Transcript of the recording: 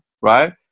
right